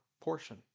portion